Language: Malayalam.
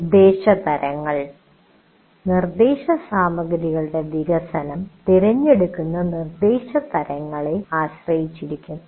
നിർദ്ദേശതരങ്ങൾ നിർദ്ദേശസാമഗ്രികളുടെ വികസനം തിരഞ്ഞെടുക്കുന്ന നിർദ്ദേശതരങ്ങളെ ആശ്രയിച്ചിരിക്കും